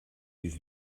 dies